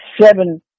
seven